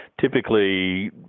typically